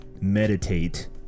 meditate